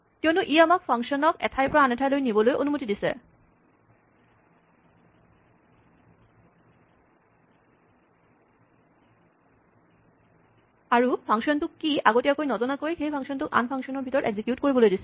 কিয়নো ই আমাক ফাংচনক এঠাইৰ পৰা আনঠাইলৈ নিবলৈ অনুমতি দিছে আৰু ফাংচনটো কি আগতীয়াকৈ নজনাকৈ সেই ফাংচনটোক আনটো ফাংচনৰ ভিতৰত এক্সিকিউট কৰিবলৈ দিছে